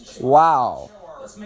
Wow